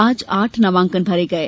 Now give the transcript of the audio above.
आज आठ नामांकन भरे गये